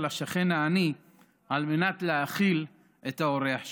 השכן העני על מנת להאכיל את האורח שלו.